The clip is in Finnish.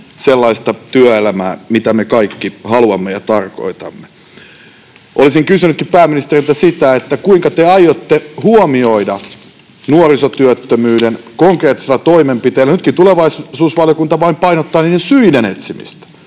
sellaista työelämää, mitä me kaikki haluamme ja tarkoitamme. Olisinkin kysynyt pääministeriltä sitä, kuinka te aiotte huomioida nuorisotyöttömyyden konkreettisilla toimenpiteillä. Nytkin tulevaisuusvaliokunta painottaa vain syiden etsimistä,